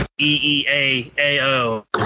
E-E-A-A-O